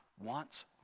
wants